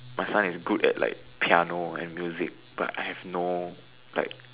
my son is good at like piano and music but I have no like